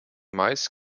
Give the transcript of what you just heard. mais